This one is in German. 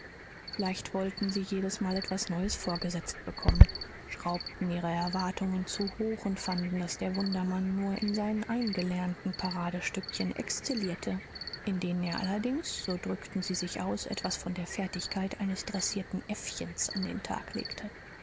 vielleicht wollten sie jedesmal etwas neues vorgesetzt bekommen schraubten ihre erwartungen zu hoch und fanden daß der wundermann nur in seinen eingelernten paradestückchen exzellierte in denen er allerdings so drückten sie sich aus etwas von der fertigkeit eines dressierten äffchens an den tag legte